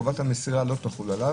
חובת המסירה לא תחול עליו,